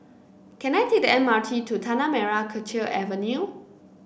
can I take the M R T to Tanah Merah Kechil Avenue